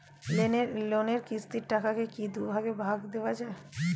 লোনের কিস্তির টাকাকে কি দুই ভাগে দেওয়া যায়?